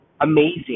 amazing